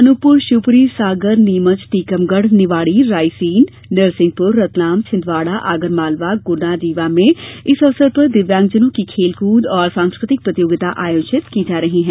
अनूपपूर शिवपूरी सागर नीमच टीकमगढ़ निवाड़ी रायसेन रीवा सतना गुना नरसिंहपूर रतलाम छिन्दवाड़ा आगरमालवा में इस अवसर पर दिव्यांगजनों की खेलकूद और सास्कृतिक प्रॅतियोगिता आयोजित की जा रही है